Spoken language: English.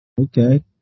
Okay